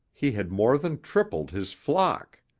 he had more than tripled his flock.